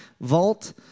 Vault